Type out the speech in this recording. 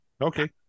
Okay